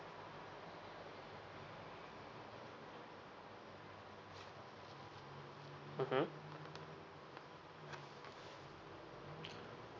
mmhmm